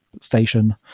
station